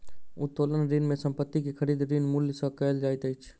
उत्तोलन ऋण में संपत्ति के खरीद, ऋण मूल्य सॅ कयल जाइत अछि